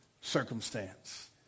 circumstance